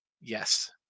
Yes